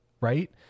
right